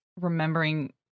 remembering